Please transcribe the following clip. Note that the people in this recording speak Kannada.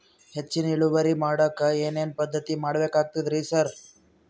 ಹೆಚ್ಚಿನ್ ಇಳುವರಿ ಮಾಡೋಕ್ ಏನ್ ಏನ್ ಪದ್ಧತಿ ಮಾಡಬೇಕಾಗ್ತದ್ರಿ ಸರ್?